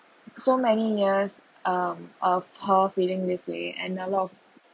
so many years um of her feeling this way and a lot of